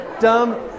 dumb